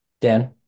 Dan